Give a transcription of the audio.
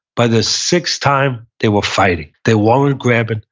by the sixth time, they were fighting. they weren't grabbing.